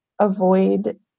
avoid